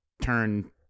turn